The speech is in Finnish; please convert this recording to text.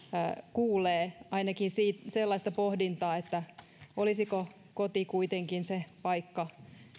kuulee ainakin pohdintaa siitä olisiko koti kuitenkin se